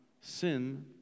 sin